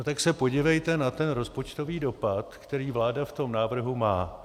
No tak se podívejte na rozpočtový dopad, který vláda v tom návrhu má.